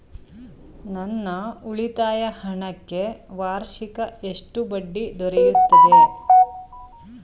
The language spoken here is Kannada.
ನನ್ನ ಉಳಿತಾಯ ಹಣಕ್ಕೆ ವಾರ್ಷಿಕ ಎಷ್ಟು ಬಡ್ಡಿ ದೊರೆಯುತ್ತದೆ?